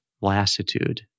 lassitude